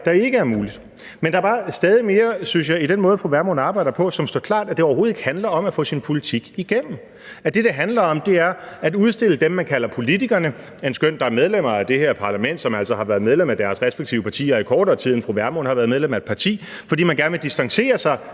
der ikke er muligt. Men der er bare stadig mere, synes jeg, i den måde, som fru Vermund arbejder på, hvor det står klart, at det overhovedet ikke handler om at få sin politik igennem. Det, det handler om, er at udstille dem, man kalder politikerne, endskønt der er medlemmer af det her parlament, der altså har været medlem af deres respektive partier i kortere tid, end fru Vermund har været medlem af et parti, fordi man gerne vil distancere sig